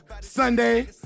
Sunday